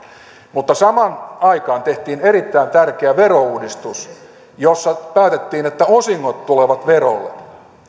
mutta samaan aikaan tehtiin erittäin tärkeä verouudistus jossa päätettiin että osingot tulevat verolle